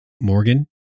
Morgan